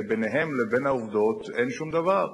שביניהם לבין העובדות אין שום דבר.